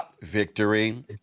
victory